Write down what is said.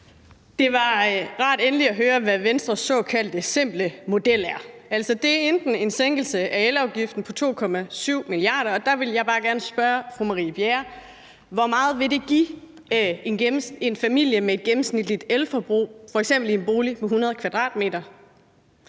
Det var rart endelig at høre, hvad Venstres såkaldte simple model er. Den ene model er en sænkelse af elafgiften på 2,7 mia. kr., og der vil jeg bare gerne spørge fru Marie Bjerre: Hvor meget vil det give en familie med et gennemsnitligt elforbrug, f.eks. i en bolig på 100 m²?